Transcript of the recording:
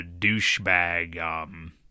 douchebag